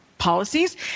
Policies